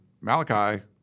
Malachi